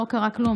לא קרה כלום,